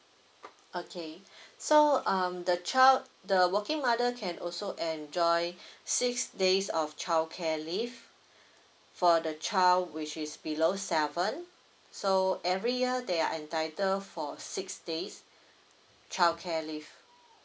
okay so um the child the working mother can also enjoy six days of childcare leave for the child which is below seven so every year they are entitled for six days childcare leave